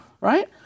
right